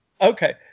okay